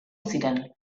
ziren